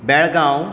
Belgaum